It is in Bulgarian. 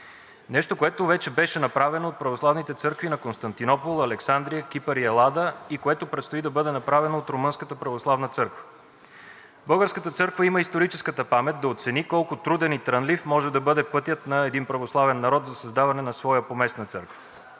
Нещо, което вече беше направено от православните църкви на Константинопол, Александрия, Кипър и Елада и което предстои да бъде направено от Румънската православна църква. Българската църква има историческата памет да оцени колко труден и трънлив може да бъде пътят на един православен народ за създаване на своя поместна църква.